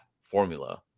formula